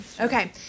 Okay